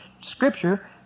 Scripture